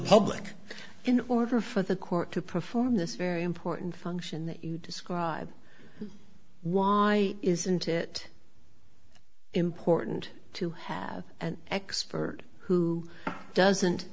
public in order for the court to perform this very important function that you describe why isn't it important to have an expert who doesn't